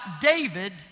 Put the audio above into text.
David